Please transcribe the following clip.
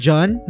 John